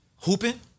Hooping